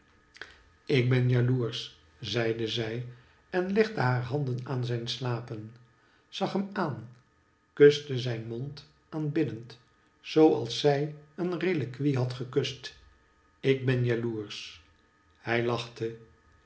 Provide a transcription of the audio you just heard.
ik ben jaloersch zeide zij en legde haar handen aan zijn slapen zag hem aan kuste zijn mond aanbiddend zoo als zij een reliquie had gekust ik ben jaloersch hij lachte